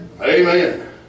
Amen